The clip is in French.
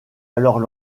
alors